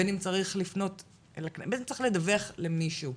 בין אם צריך לדווח למישהו.